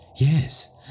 yes